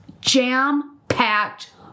jam-packed